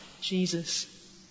Jesus